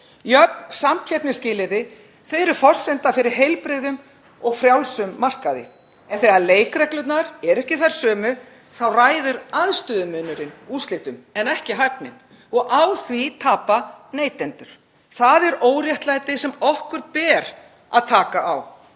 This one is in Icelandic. Jöfn samkeppnisskilyrði eru forsenda fyrir heilbrigðum og frjálsum markaði, en þegar leikreglurnar eru ekki þær sömu þá ræður aðstöðumunurinn úrslitum en ekki hæfnin og á því tapa neytendur. Það er óréttlæti sem okkur ber að taka á.